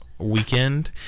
weekend